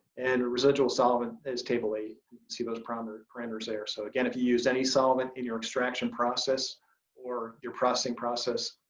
and residual solvent is table eight. you see those parameters parameters there. so again if you use any solvent in your extraction process or your processing process,